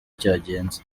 cyagenze